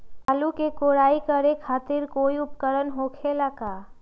आलू के कोराई करे खातिर कोई उपकरण हो खेला का?